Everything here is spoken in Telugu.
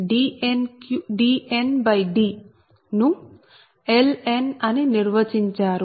2ln DnD ను Lnఅని నిర్వచించారు